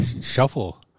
shuffle